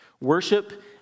Worship